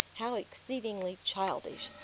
how exceedingly childish,